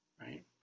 Right